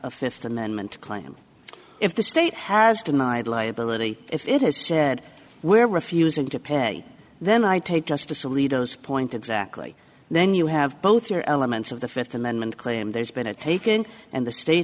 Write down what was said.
a fifth amendment claim if the state has denied liability if it is said where refusing to pay then i take justice alito is point exactly then you have both are elements of the fifth amendment claim there's been a taking and the state